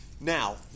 Now